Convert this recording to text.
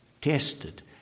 tested